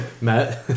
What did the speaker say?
Matt